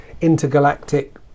intergalactic